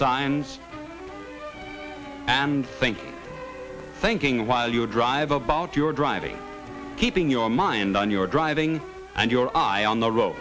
signs and think thinking while you drive about your driving keeping your mind on your driving and your eye on the road